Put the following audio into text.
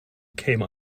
came